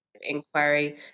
inquiry